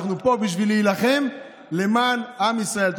אנחנו פה בשביל להילחם למען עם ישראל.